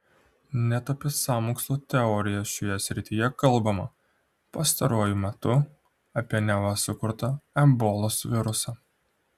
net apie sąmokslo teorijas šioje srityje kalbama pastaruoju metu apie neva sukurtą ebolos virusą